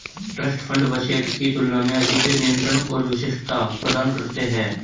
trust fund वसीयत की तुलना में अधिक नियंत्रण और विशिष्टता प्रदान करते हैं